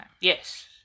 Yes